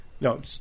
no